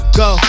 go